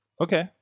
Okay